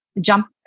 jump